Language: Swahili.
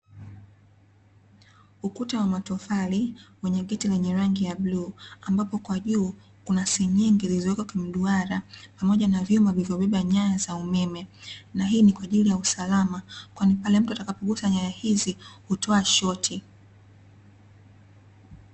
Ukuta wa matofali wenye geti lenye rangi ya bluu ambapo kwa juu kuna senyenge zilizowekwa kimduara pamoja na vyuma vilivyobeba nyaya za umeme na hii ni kwa ajili ya usalama kwani pale mtu atakapogusa nyaya hizi hutoa shoti.